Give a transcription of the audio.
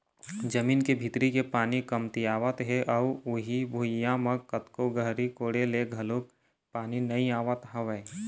जमीन के भीतरी के पानी कमतियावत हे अउ उही भुइयां म कतको गहरी कोड़े ले घलोक पानी नइ आवत हवय